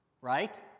right